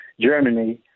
Germany